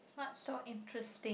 not so interesting